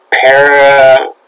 para